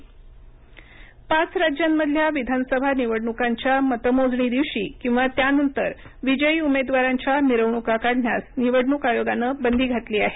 विजयी मिरवणुका बंदी पाच राज्यांमधल्या विधानसभा निवडणुकांच्या मतमोजणी दिवशी किंवा त्यानंतर विजयी उमेदवारांच्या मिरवणुका काढण्यास निवडणूक आयोगानं बंदी घातली आहे